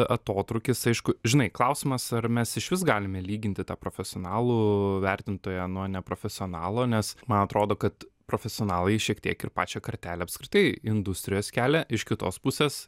atotrūkis aišku žinai klausimas ar mes išvis galime lyginti tą profesionalų vertintoją nuo neprofesionalo nes man atrodo kad profesionalai šiek tiek ir pačią kartelę apskritai industrijos kelią iš kitos pusės